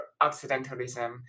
occidentalism